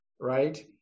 right